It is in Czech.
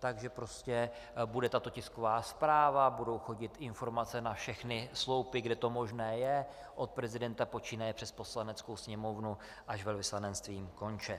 tak prostě bude tato tisková zpráva, budou chodit informace na všechny sloupy, kde to možné je od prezidenta počínaje přes Poslaneckou sněmovnu až velvyslanectvím konče.